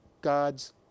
God's